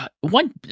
one